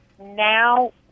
now